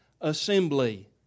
Assembly